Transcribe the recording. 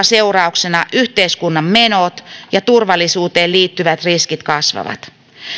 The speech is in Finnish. seurauksena yhteiskunnan menot ja turvallisuuteen liittyvät riskit kasvavat